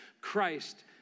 Christ